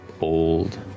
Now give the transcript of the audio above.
old